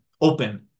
open